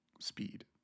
speed